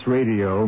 Radio